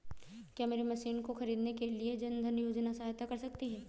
क्या मेरी मशीन को ख़रीदने के लिए जन धन योजना सहायता कर सकती है?